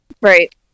right